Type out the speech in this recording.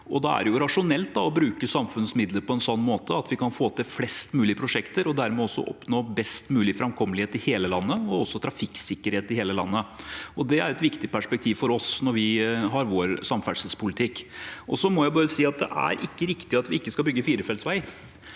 er det rasjonelt å bruke samfunnets midler på en sånn måte at vi kan få til flest mulig prosjekter – og dermed oppnå best mulig framkommelighet og trafikksikkerhet i hele landet. Det er et viktig perspektiv for oss i vår samferdselspolitikk. Så må jeg bare si: Det er ikke riktig at vi ikke skal bygge firefeltsvei.